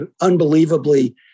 unbelievably